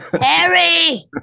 Harry